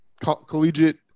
collegiate